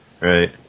Right